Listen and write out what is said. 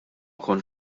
kontx